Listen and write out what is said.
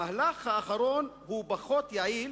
המהלך האחרון הוא פחות יעיל,